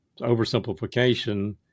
oversimplification